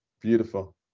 Beautiful